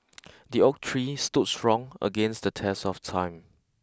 the oak tree stood strong against the test of time